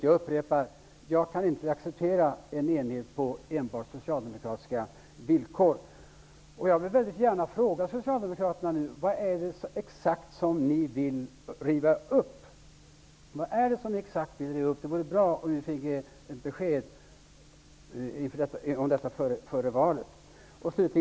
Jag upprepar att jag inte kan acceptera en enighet enbart på socialdemokratiska villkor. Jag vill väldigt gärna fråga socialdemokraterna om vad exakt det är de vill riva upp. Det vore bra om vi fick ett besked om detta före valet.